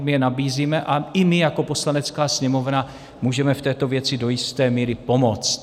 My je nabízíme a i my jako Poslanecká sněmovna můžeme v této věci do jisté míry pomoct.